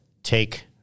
take